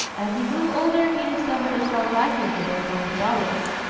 as he grew older he discovered a strong liking for books on theology.